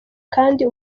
kandi